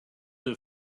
have